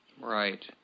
Right